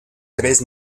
tres